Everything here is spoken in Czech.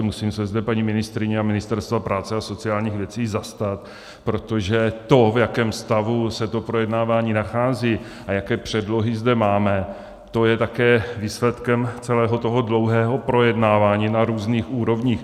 Musím se zde paní ministryně a Ministerstva práce a sociálních věcí zastat, protože to, v jakém stavu se to projednávání nachází a jaké předlohy zde máme, to je také výsledkem celého toho dlouhého projednávání na různých úrovních.